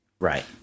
Right